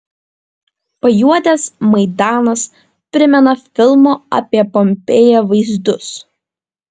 pajuodęs maidanas primena filmo apie pompėją vaizdus